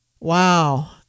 wow